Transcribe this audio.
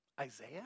Isaiah